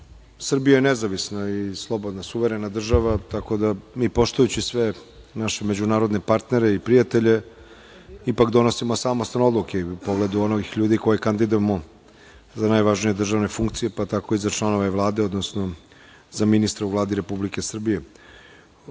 Srbija je nezavisna i suverena država tako da mi poštujući sve naše međunarodne partnere i prijatelje ipak donosimo samostalne odluke i u pogledu onih ljudi koje kandidujemo za najvažnije državne funkcije, pa tako i za članove Vlade, odnosno za ministra u Vladi Republike Srbije. To